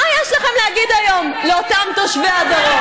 מה יש לכם להגיד היום לאותם תושבי הדרום?